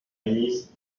ministre